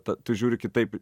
ta tu žiūri kitaip